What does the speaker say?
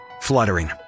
fluttering